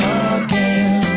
again